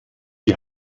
die